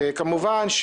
כמובן,